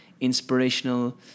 inspirational